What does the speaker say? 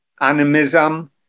animism